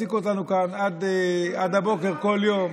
ולהעסיק אותנו כאן עד הבוקר כאן כל יום,